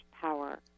power